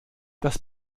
das